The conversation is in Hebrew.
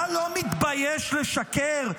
אתה לא מתבייש לשקר?